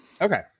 Okay